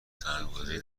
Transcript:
سرمایهگذاری